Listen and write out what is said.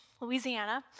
Louisiana